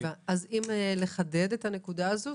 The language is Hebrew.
אם לחדד את הנקודה הזאת,